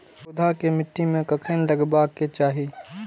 पौधा के मिट्टी में कखेन लगबाके चाहि?